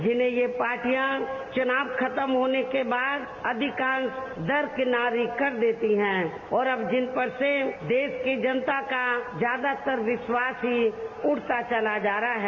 जिन्हें ये पार्टियां चुनाव खत्म होने के बाद अधिकांश दर किनार कर देती हैं और अब जिन पर से देश की जनता का ज्यादातर विश्वास ही उठता चला जा रहा है